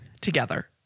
together